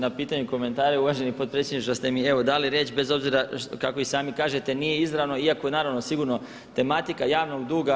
Na pitanje i komentare uvaženi potpredsjedniče što ste mi evo dali riječ bez obzira kako i sami kažete nije izravno, iako je naravno sigurno tematika javnog duga.